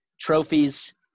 trophies